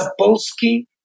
Sapolsky